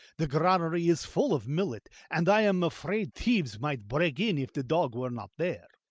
the granary is full of millet, and i am afraid thieves might break in if the dog were not there.